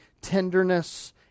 tenderness